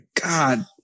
God